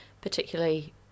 particularly